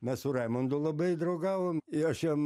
mes su raimondu labai draugavom ir aš jam